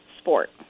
sport